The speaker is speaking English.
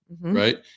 right